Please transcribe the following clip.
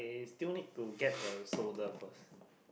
still need to get the solder first